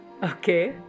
Okay